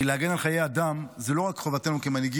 כי להגן על חיי אדם זו לא רק חובתנו כמנהיגים,